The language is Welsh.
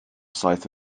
saith